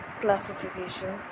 classification